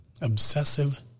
Obsessive